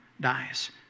dies